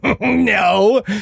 No